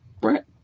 Brett